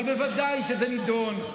אבל בוודאי שזה נדון,